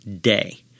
day